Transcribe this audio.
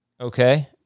Okay